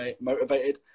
motivated